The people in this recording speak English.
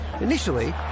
Initially